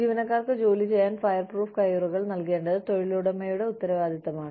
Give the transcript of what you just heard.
ജീവനക്കാർക്ക് ജോലി ചെയ്യാൻ ഫയർപ്രൂഫ് കയ്യുറകൾ നൽകേണ്ടത് തൊഴിലുടമയുടെ ഉത്തരവാദിത്തമാണ്